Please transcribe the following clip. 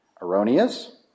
erroneous